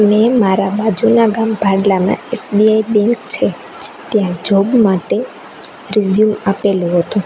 મેં મારા બાજુના ગામ ભાડલામાં એસબીઆઇ બેન્ક છે ત્યાં જોબ માટે રીઝ્યુમ આપેલું હતું